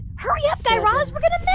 hurry up, guy raz. we're going to